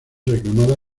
reclamada